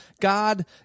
God